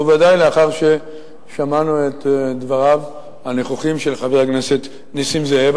ובוודאי לאחר ששמענו את דבריו הנכוחים של חבר הכנסת נסים זאב.